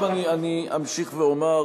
עכשיו אני אמשיך ואומר: